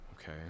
okay